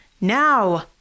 Now